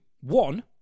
one